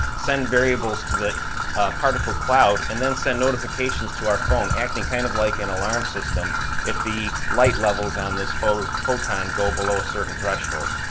send variables to the particle cloud, and then send notifications to our phone, acting kind of like an alarm system if the light levels on this photon go below a certain threshold.